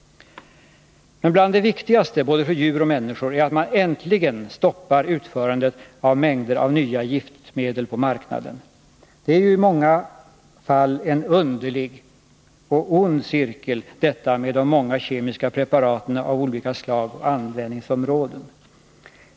Bland det viktigaste för både djur och människor är att man äntligen stoppar utförandet av mängder av nya giftmedel på marknaden. De många kemiska preparaten av olika slag och med olika användningsområden bidrar i många fall till uppkomsten av en underlig och ond cirkel.